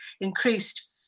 increased